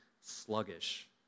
sluggish